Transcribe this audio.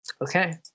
Okay